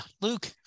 Luke